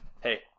hey